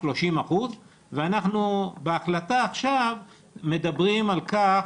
30% ואנחנו בהחלטה עכשיו מדברים על כך